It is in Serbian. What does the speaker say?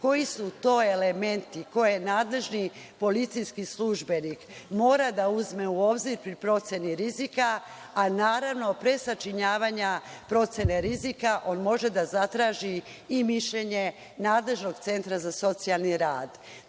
koji su to elementi koje nadležni policijski službenik mora da uzme u obzir pri proceni rizika, a naravno pre sačinjavanja procene rizika on može da zatraži i mišljenje nadležnog centra za socijalni rad.